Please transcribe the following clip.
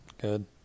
Good